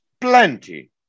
plenty